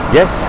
yes